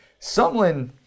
Sumlin